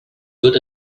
good